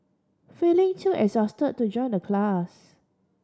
feeling too exhaust to join the class